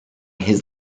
his